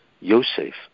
Yosef